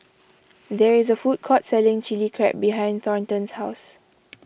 there is a food court selling Chili Crab behind Thornton's house